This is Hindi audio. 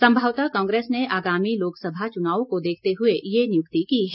संभवत कांग्रेस ने आगामी लोकसभा चुनावों को देखते हुए ये नियुक्ति की है